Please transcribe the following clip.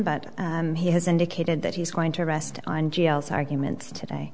but he has indicated that he's going to rest on jails arguments today